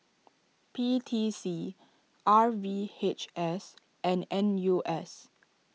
P T C R V H S and N U S